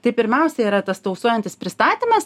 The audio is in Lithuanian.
tai pirmiausia yra tas tausojantis pristatymas